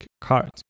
cards